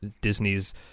Disney's